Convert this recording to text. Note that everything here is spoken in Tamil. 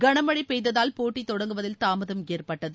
களம்ழ பெய்ததால் போட்டி தொடங்குவதில் தாமதம் ஏற்பட்டது